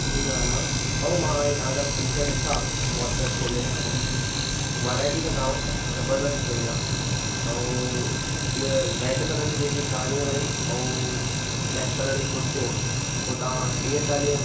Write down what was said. ठीकु ॻाल्हि आहे भाऊ मां इहे तव्हांजा पीस ॾिठा वॉटसैप खोले हाणे वराइटी त तव्हां वठु ॾाढी जबरदस्त पईं आहे ऐं इहो रैड कलर जी जेकी साड़ियूं आहिनि ऐं ब्लैक कलर जी कुर्तियूं तव्हां टीह चालीह